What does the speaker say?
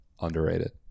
Underrated